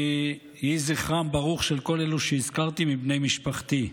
יהי זכרם של כל אלו שהזכרתי מבני משפחתי ברוך.